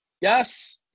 Yes